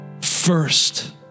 first